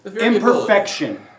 ...imperfection